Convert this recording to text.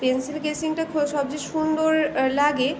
pencil স্কেচিংটা খ সবচেয়ে সুন্দর লাগে